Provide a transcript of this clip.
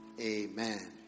Amen